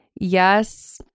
Yes